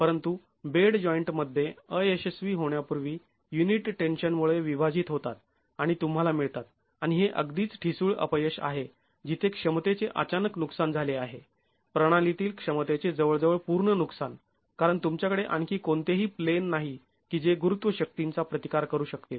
परंतु bed joint मध्ये अयशस्वी होण्यापूर्वी युनिट टेन्शनमुळे विभाजित होतात आणि तुम्हाला मिळतात आणि हे अगदीच ठिसूळ अपयश आहे जिथे क्षमतेचे अचानक नुकसान झाले आहे प्रणालीतील क्षमतेचे जवळजवळ पूर्ण नुकसान कारण तुमच्याकडे आणखी कोणतेही प्लेन नाही की जे गुरुत्व शक्तींचा प्रतिकार करू शकतील